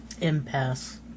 impasse